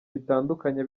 bitandukanye